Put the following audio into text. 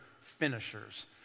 finishers